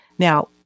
Now